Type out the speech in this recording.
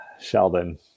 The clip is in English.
Sheldon